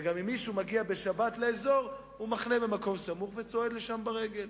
ואם מישהו מגיע בשבת לאזור הוא מחנה במקום סמוך וצועד לשם ברגל.